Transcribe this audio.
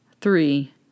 Three